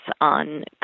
on